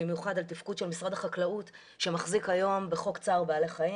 במיוחד על תפקוד משרד החקלאות שמחזיק היום בחוק צער בעלי חיים.